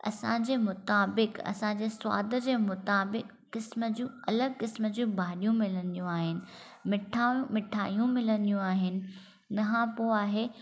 असांजे मुताबिक असांजे सवाद जे मुताबिक क़िस्म जूं अलॻि क़िस्म जूं भाॼियूं मिलंदियूं आहिनि मिठा मिठायूं मिलंदीयूं आहिनि हिन खां पोइ आहे